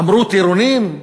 אמרו: טירונים,